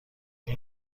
این